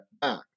back